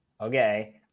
okay